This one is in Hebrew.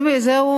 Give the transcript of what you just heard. זהו,